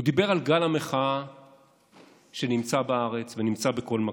הוא דיבר על גל המחאה שנמצא בארץ ונמצא בכל מקום.